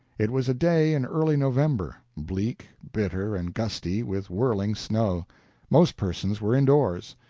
it was a day in early november bleak, bitter, and gusty, with whirling snow most persons were indoors.